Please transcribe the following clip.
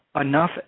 enough